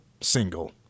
single